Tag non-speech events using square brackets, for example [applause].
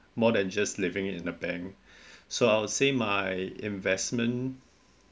more than just leaving in the bank [breath] so I'll say my investment